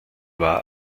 war